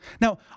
Now